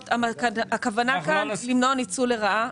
עוסק פטור הכוונה כאן היא למנוע ניצול לרעה.